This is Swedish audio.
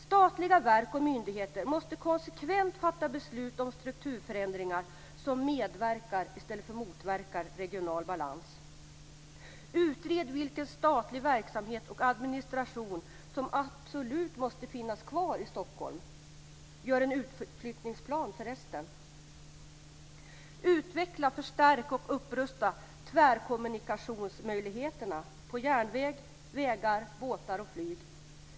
· Statliga verk och myndigheter måste konsekvent fatta beslut om strukturförändringar som medverkar i stället för motverkar regional balans. · Utred vilken statlig verksamhet och administration som absolut måste finnas kvar i Stockholm. Gör en utflyttningsplan för resten. · Utveckla, förstärk och upprusta möjligheterna till tvärkommunikation på järnväg, vägar, båtar och flyg.